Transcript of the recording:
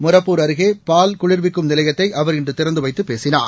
மொரப்பூர் அருகே பால் குளிர்விக்கும் நிலையத்தை அவர் இன்று திறந்து வைத்துப் பேசினார்